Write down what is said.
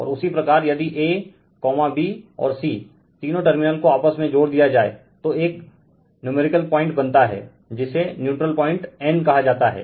और उसी प्रकार यदि ab और c तीनो टर्मिनल को आपस में जोड़ दिया जाये तो एक नुमेरिकल पॉइंट बनता है जिसे न्यूट्रल पॉइंट n कहा जाता है